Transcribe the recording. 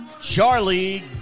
Charlie